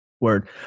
Word